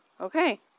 Okay